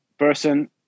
person